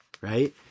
Right